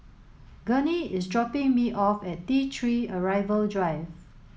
Gurney is dropping me off at T three Arrival Drive